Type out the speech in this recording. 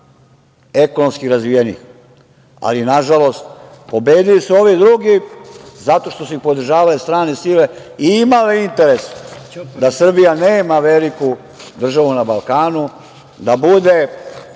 ekonomski razvijenih, ali, nažalost, pobedili su ovi drugi zato što su ih podržavale strane sile i imale interes da Srbija nema veliku državu na Balkanu, da bude